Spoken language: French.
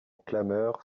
clameur